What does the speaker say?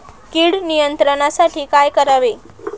कीड नियंत्रणासाठी काय करावे?